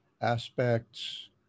aspects